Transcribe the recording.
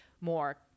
more